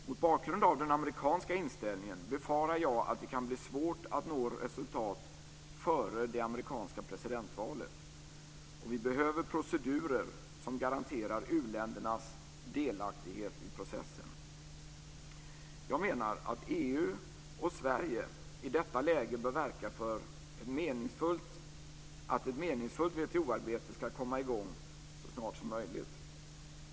Mot bakgrund av den amerikanska inställningen befarar jag att det kan bli svårt att nå resultat före det amerikanska presidentvalet, och vi behöver procedurer som garanterar u-ländernas delaktighet i processen. Jag menar att EU och Sverige i detta läge bör verka för att ett meningsfullt WTO-arbete ska komma i gång så snart som möjligt.